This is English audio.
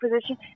position